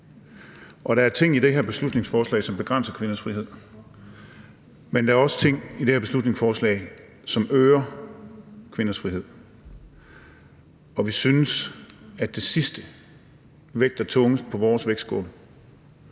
Der er ting i det her beslutningsforslag, som begrænser kvinders frihed, men der er også ting i det her beslutningsforslag, som øger kvinders frihed. Og vi synes, at det sidste vægter tungest på vores vægtskål,